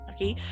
Okay